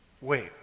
wait